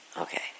Okay